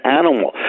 animal